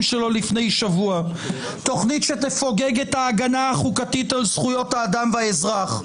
שלו לפני שבוע: תכנית שתפוגג את ההגנה החוקתית על זכויות האדם והאזרח,